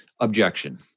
objection